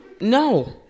no